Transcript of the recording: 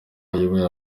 ayoboye